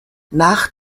nach